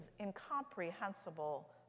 incomprehensible